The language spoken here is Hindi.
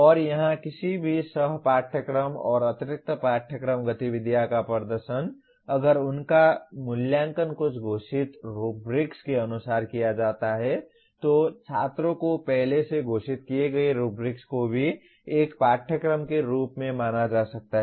और यहां किसी भी सह पाठयक्रम और अतिरिक्त पाठयक्रम गतिविधियां का प्रदर्शन अगर उनका मूल्यांकन कुछ घोषित रुब्रिक्स के अनुसार किया जाता है तो छात्रों को पहले से घोषित किए गए रुब्रिक्स को भी एक पाठ्यक्रम के रूप में माना जा सकता है